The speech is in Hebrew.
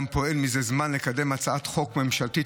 וגם פועל זה זמן לקדם הצעת חוק ממשלתית